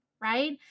right